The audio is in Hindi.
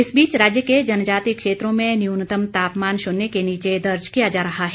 इस बीच राज्य के जनजातीय क्षेत्रों में न्यूनतम तापमान शून्य के नीचे दर्ज किया जा रहा है